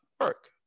work